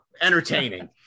entertaining